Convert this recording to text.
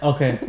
Okay